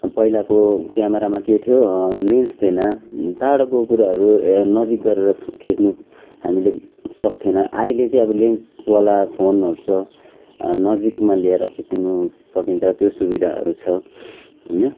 पहिलाको क्यामरामा के थियो लेन्स थिएन टाढोको कुराहरू नजिक गरेर खिच्नु हामीले सक्थेनँ अहिले चाहिँ अब लेन्सवाला फोनहरू छ नजिकमा ल्याएर खिच्नु सकिन्छ त्यो सुविदाहरू छ होइन